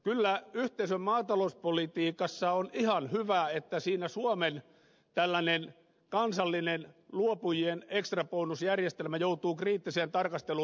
kyllä yhteisön maatalouspolitiikassa on ihan hyvä että siinä suomen tällainen kansallinen luopujien ekstrabonusjärjestelmä joutuu kriittiseen tarkasteluun